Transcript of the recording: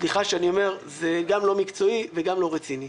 סליחה שאני אומר זה גם לא מקצועי וגם לא רציני.